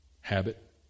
habit